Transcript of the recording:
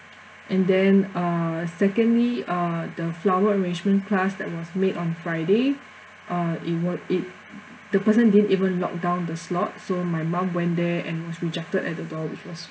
and then uh secondly uh the flower arrangement class that was made on friday uh it wa~ it the person didn't even lock down the slot so my mum went there and was rejected at the door which was